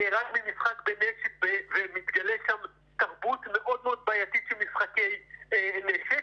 נהרג ממשחק בנשק ומתגלה שם תרבות מאוד מאוד בעייתית של משחקי נשק,